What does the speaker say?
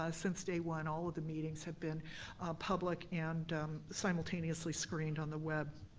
ah since day one all of the meetings have been public and simultaneously screened on the web.